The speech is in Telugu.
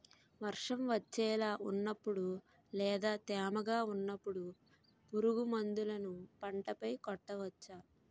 వర్షం వచ్చేలా వున్నపుడు లేదా తేమగా వున్నపుడు పురుగు మందులను పంట పై కొట్టవచ్చ?